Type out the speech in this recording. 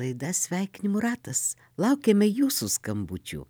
laida sveikinimų ratas laukiame jūsų skambučių